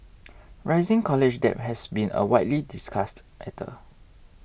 rising college debt has been a widely discussed matter